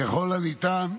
ככל הניתן,